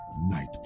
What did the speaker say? Night